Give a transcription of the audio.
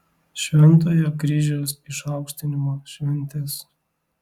šventojo kryžiaus išaukštinimo šventės